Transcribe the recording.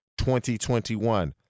2021